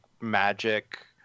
magic